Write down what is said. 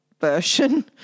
version